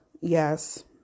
Yes